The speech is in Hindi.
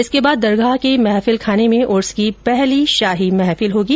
इसके बाद दरगाह के महफिल खाने में उर्स की पहली शाही महफिल होंगी